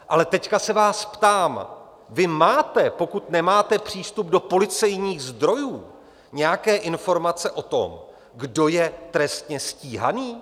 Ale teď se vás ptám: Vy máte pokud nemáte přístup do policejních zdrojů nějaké informace o tom, kdo je trestně stíhaný?